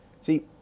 See